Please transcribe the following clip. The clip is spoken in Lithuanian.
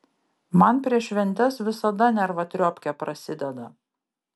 man prieš šventes visada nervatriopkė prasideda